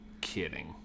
Kidding